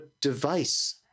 device